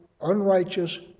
unrighteous